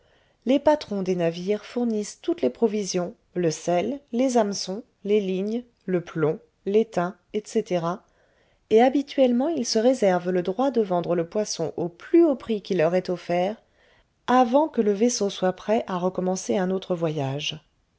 les patrons des navires fournissent toutes les provisions le sel les hameçons les lignes le plomb l'étain etc et habituellement ils se réservent le droit de vendre le poisson au plus haut prix qui leur est offert avant que le vaisseau soit prêt à recommencer un autre voyage